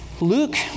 Luke